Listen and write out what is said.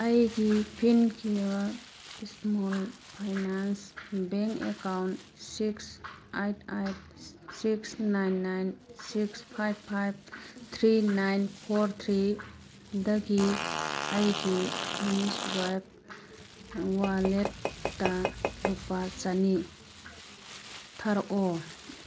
ꯑꯩꯒꯤ Fincare small finance bank account six eight eight six nine nine six five five three nine four ꯊ꯭ꯔꯤꯗꯒꯤ ꯑꯩꯒꯤ ꯃꯤꯁꯋꯥꯏꯞ ꯋꯥꯜꯂꯦꯠꯇ ꯂꯨꯄꯥ ꯆꯥꯅꯤ ꯊꯥꯔꯛꯎ